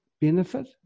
benefit